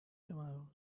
tomorrow